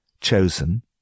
chosen